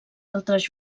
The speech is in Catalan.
altres